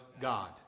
God